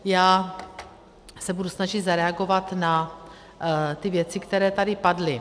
Já se budu snažit zareagovat na ty věci, které tady padly.